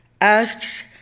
asks